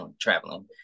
traveling